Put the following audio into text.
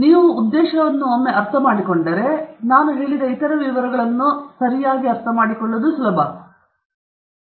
ನೀವು ಉದ್ದೇಶವನ್ನು ಒಮ್ಮೆ ಅರ್ಥಮಾಡಿಕೊಂಡರೆ ನಾನು ಹೇಳಿದ ಎಲ್ಲಾ ಇತರ ವಿವರಗಳನ್ನು ಸರಿಯಾಗಿ ಅರ್ಥಮಾಡಿಕೊಳ್ಳುವುದು ಆದ್ದರಿಂದ ನಾವು ಏನು ಮಾಡಲಿದ್ದೇವೆ